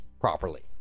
properly